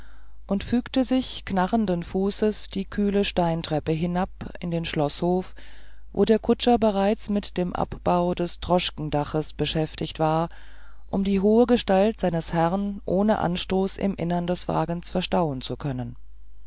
und verfügte sich knarrenden fußes die kühle steintreppe hinab in den schloßhof wo der kutscher bereits mit dem abbau des droschkendaches beschäftigt war um die hohe gestalt seines herrn ohne anstoß im inneren des wagens verstauen zu können